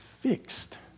fixed